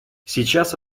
сейчас